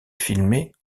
filmées